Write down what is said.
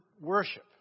worship